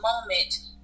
moment